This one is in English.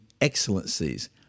excellencies